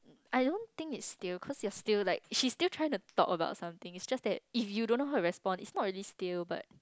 I don't think it's stale cause you're still like she's still trying to talk about something is just that if you don't know how to respond is not really stale but